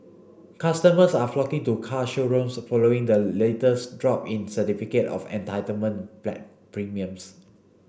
customers are flocking to car showrooms following the latest drop in certificate of entitlement premiums